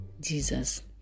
jesus